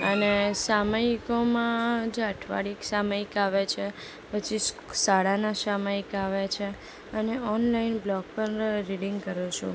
અને સામયિકોમાં જે અઠવાડિયે એક સામયિક આવે છે પછી શાળાના સામયિક આવે છે અને ઓનલાઇન બ્લોગ પણ રીડિંગ કરું છું